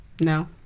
No